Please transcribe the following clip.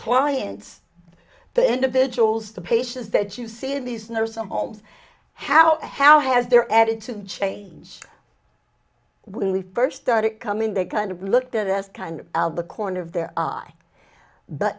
clients the individuals the patients that you see in these nursing homes how has their attitude change when we first started coming they kind of looked at us kind of the corner of their eye but